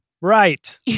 Right